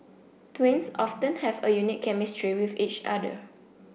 twins often have a unique chemistry with each other